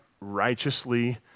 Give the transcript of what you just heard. righteously